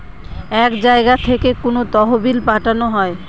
এক জায়গা থেকে কোনো তহবিল পাঠানো হয়